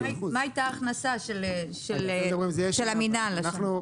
מה הייתה ההכנסה של המינהל השנה?